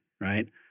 right